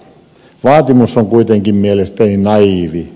vaatimus on kuitenkin mielestäni naiivi